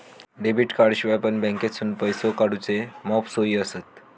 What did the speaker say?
debit कार्डाशिवाय पण बँकेतसून पैसो काढूचे मॉप सोयी आसत